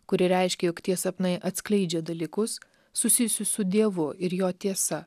kuri reiškia jog tie sapnai atskleidžia dalykus susijusius su dievu ir jo tiesa